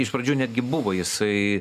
iš pradžių netgi buvo jisai